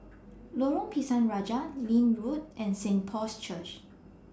Lorong Pisang Raja Leith Road and Saint Paul's Church